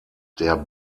der